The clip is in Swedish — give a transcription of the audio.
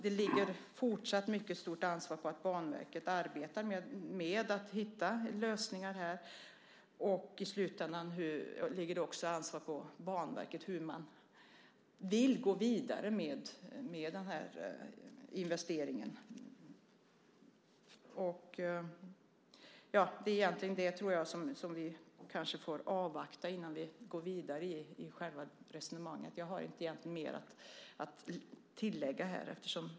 Det ligger alltså fortsatt ett mycket stort ansvar på Banverket att arbeta med att hitta lösningar här. I slutändan ligger det också ett ansvar på Banverket att avgöra hur man vill gå vidare med den här investeringen. Det är väl egentligen det vi får avvakta innan vi går vidare i själva resonemanget. Jag har egentligen inte mer att tillägga.